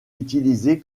utilisée